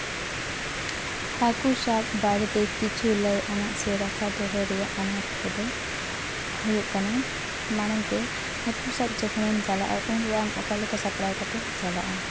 ᱦᱟᱹᱠᱩ ᱥᱟᱵ ᱵᱟᱨᱮᱛᱮ ᱠᱤᱪᱷᱩ ᱞᱟᱹᱭ ᱟᱱᱟᱜ ᱥᱮ ᱨᱟᱠᱷᱟ ᱫᱚᱦᱚ ᱨᱮᱭᱟᱜ ᱟᱱᱟᱴ ᱠᱚᱫᱚ ᱦᱩᱭᱩᱜ ᱠᱟᱱᱟ ᱢᱟᱲᱟᱝᱛᱮ ᱦᱟᱹᱠᱩ ᱥᱟᱵ ᱡᱚᱠᱷᱚᱱᱮᱢ ᱪᱟᱞᱟᱜᱼᱟ ᱩᱱ ᱨᱮ ᱟᱢ ᱚᱠᱟᱞᱮᱠᱟ ᱥᱟᱯᱲᱟᱣ ᱠᱟᱛᱮᱢ ᱪᱟᱞᱟᱜᱼᱟ